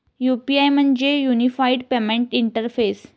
UPI म्हणजे unified payment interface